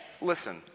Listen